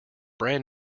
brand